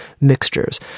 mixtures